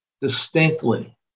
distinctly